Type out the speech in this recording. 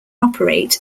operate